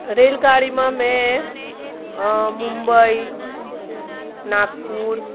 રેલગાડીમાં મેં મુંબઈ નાગપુર